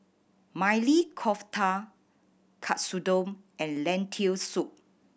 Maili Kofta Katsudon and Lentil Soup